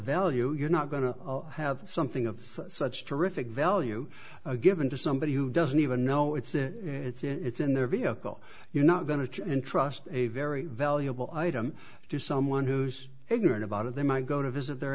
value you're not going to have something of such terrific value given to somebody who doesn't even know it's it it's in their vehicle you're not going to entrust a very valuable item to someone who's ignorant about of they might go to visit their